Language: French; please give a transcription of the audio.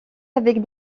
avec